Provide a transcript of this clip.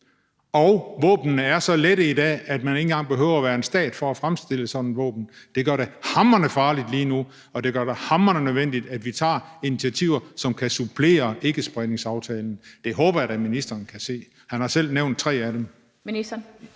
Og våbnene er i dag så lette, at man ikke engang behøver at være en stat for at fremstille sådan et våben. Det gør det hamrende farligt lige nu, og det gør det hamrende nødvendigt, at vi tager initiativer, som kan supplere ikkespredningsaftalen. Det håber jeg da at ministeren kan se – han har selv nævnt tre af dem.